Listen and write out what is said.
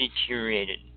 deteriorated